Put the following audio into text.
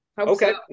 okay